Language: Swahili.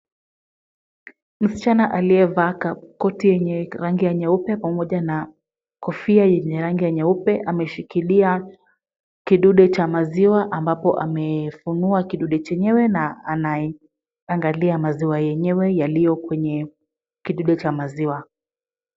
Msichana aliyevaa koti yenye rangi ya nyeupe pamoja na kofia yenye rangi ya nyeupe ameshikilia kidude cha maziwa ambapo amefunua kidude chenyewe na anaiangalia maziwa yenyewe yaliyo kwenye kidude cha maziwa.